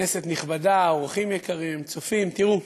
כנסת נכבדה, אורחים יקרים, צופים, תראו,